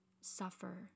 suffer